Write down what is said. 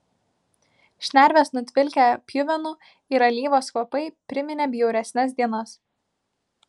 šnerves nutvilkę pjuvenų ir alyvos kvapai priminė bjauresnes dienas